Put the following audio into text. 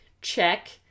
Check